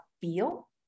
feel